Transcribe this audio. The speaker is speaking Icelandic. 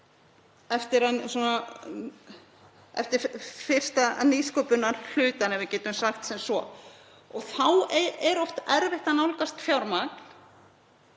eftir fyrsta nýsköpunarhlutann, ef við getum sagt sem svo. Þá er oft erfitt að nálgast fjármagn